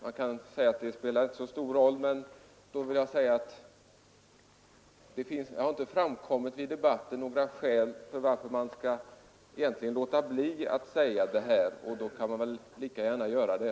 Man kan säga att det inte spelar så stor roll, men å andra sidan har det i debatten inte framkommit några skäl för att låta bli att säga sin mening, och då kan man lika gärna göra det.